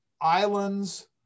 islands